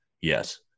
yes